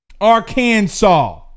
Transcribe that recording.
Arkansas